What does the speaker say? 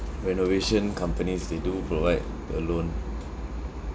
renovation companies they do provide a loan